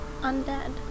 Undead